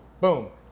Boom